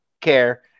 care